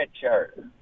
chart